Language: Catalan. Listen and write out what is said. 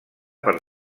per